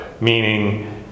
meaning